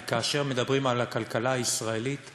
כי כאשר מדברים על הכלכלה הישראלית,